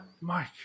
Mike